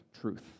truth